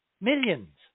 millions